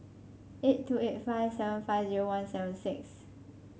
eight two eight five seven five zero one seven six